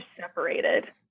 separated